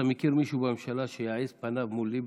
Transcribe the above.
אתה מכיר מישהו בממשלה שיעז פניו מול ליברמן?